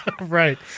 Right